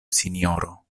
sinjoro